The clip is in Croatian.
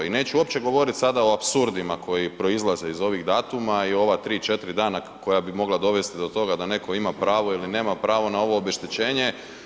I neću uopće govoriti sada o apsurdima koji proizlaze iz ovih datuma i ova 3, 4 dana koja bi mogla dovesti do toga da netko ima pravo ili nema pravo na ovo obeštećenje.